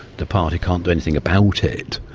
the party can't do anything about it.